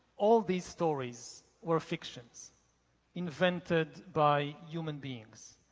all these stories were fictions invented by human beings.